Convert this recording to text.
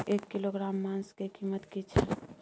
एक किलोग्राम मांस के कीमत की छै?